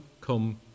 come